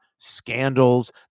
scandals